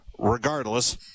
Regardless